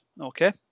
Okay